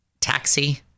Taxi